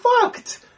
fucked